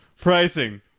pricing